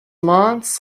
مانتس